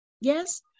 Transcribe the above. Yes